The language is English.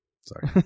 Sorry